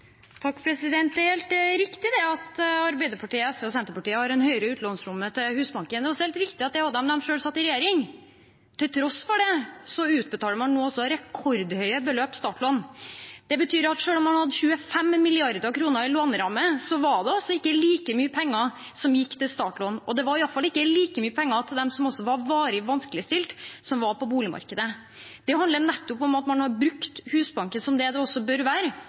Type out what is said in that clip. helt riktig at Arbeiderpartiet, SV og Senterpartiet har en høyere utlånsramme til Husbanken. Det er også riktig at de hadde det da de selv satt i regjering. Til tross for det utbetaler man nå altså rekordhøye beløp i startlån. Det betyr at selv om man hadde 25 mrd. kr i låneramme, var det ikke like mye penger som gikk til startlån. Det var i hvert fall ikke like mye penger til de varig vanskeligstilte som var på boligmarkedet. Det handler nettopp om at man har brukt Husbanken som det det også bør være,